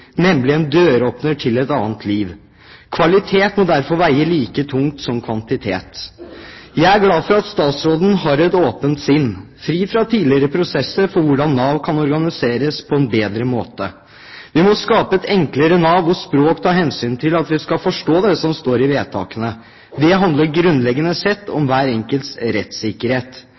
nemlig en døråpner til et annet liv. Kvalitet må derfor veie like tungt som kvantitet. Jeg er glad for at statsråden har et åpent sinn, fri fra tidligere prosesser, for hvordan Nav kan organiseres på en bedre måte. Vi må skape et enklere Nav hvor språket tar hensyn til at vi skal forstå det som står i vedtakene. Det handler grunnleggende sett om hver enkelts rettssikkerhet.